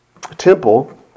temple